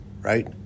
right